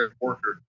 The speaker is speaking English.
worker